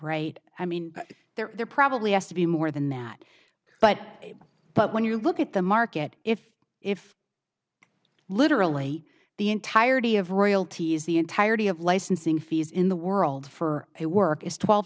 right i mean there probably has to be more than that but but when you look at the market if if literally the entirety of royalties the entirety of licensing fees in the world for her work is twelve